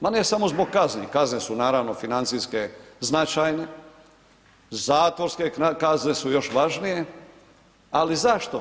Ma ne samo zbog kazni, kazne su naravno financijske značajne, zatvorske kazne su još važnije, ali zašto?